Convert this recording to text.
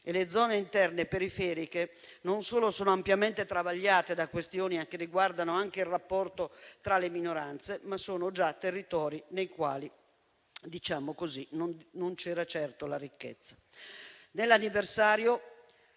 e le zone interne periferiche non solo sono ampiamente travagliate da questioni che riguardano anche il rapporto tra le minoranze, ma sono territori nei quali già non c'era certo la ricchezza.